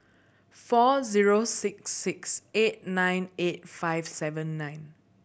four zero six six eight nine eight five seven nine